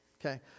Okay